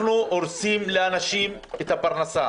הורסים לאנשים את הפרנסה.